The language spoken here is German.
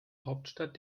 hauptstadt